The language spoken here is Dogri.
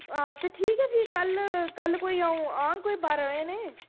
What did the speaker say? हां ते ठीक ऐ फ्ही कल्ल कल्ल कोई अ'ऊं आंह्ग कोई बारां बजे नेह्